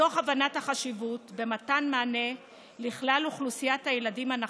מתוך הבנת החשיבות במתן מענה לכלל אוכלוסיית הילדים הנכים,